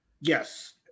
Yes